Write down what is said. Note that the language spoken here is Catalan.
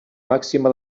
màxima